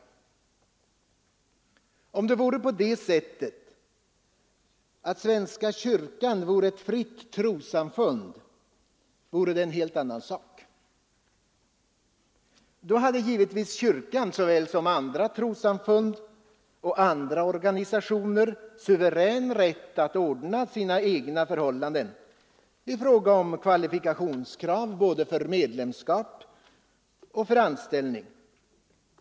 Om det vore på det sättet att svenska kyrkan vore ett fritt trossamfund, vore det en helt annan sak. Då hade givetvis kyrkan, såväl som andra trossamfund och andra organisationer, suverän rätt att ordna sina egna förhållanden i fråga om kvalifikationskrav för både medlemskap och anställning.